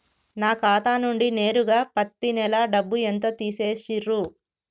నా ఖాతా నుండి నేరుగా పత్తి నెల డబ్బు ఎంత తీసేశిర్రు?